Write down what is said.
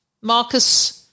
Marcus